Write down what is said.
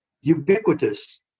ubiquitous